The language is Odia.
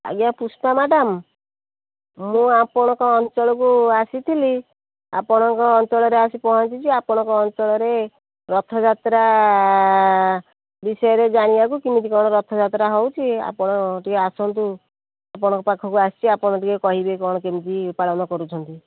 ଆଜ୍ଞା ପୁଷ୍ପା ମ୍ୟାଡ଼ାମ୍ ମୁଁ ଆପଣଙ୍କ ଅଞ୍ଚଳକୁ ଆସିଥିଲି ଆପଣଙ୍କ ଅଞ୍ଚଳରେ ଆସିକି ପହଞ୍ଚିଛି ଆପଣଙ୍କ ଅଞ୍ଚଳରେ ରଥଯାତ୍ରା ବିଷୟରେ ଜାଣିବାକୁ କେମିତି କ'ଣ ରଥଯାତ୍ରା ହେଉଛି ଆପଣ ଟିକିଏ ଆସନ୍ତୁ ଆପଣଙ୍କ ପାଖକୁ ଆସିଛି ଆପଣ ଟିକିଏ କହିବେ କ'ଣ କେମିତି ପାଳନ କରୁଛନ୍ତି